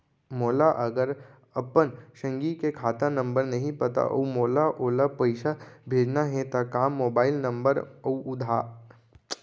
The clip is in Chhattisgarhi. मोला अगर अपन संगी के खाता नंबर नहीं पता अऊ मोला ओला पइसा भेजना हे ता का मोबाईल नंबर अऊ आधार नंबर के मदद ले सकथव?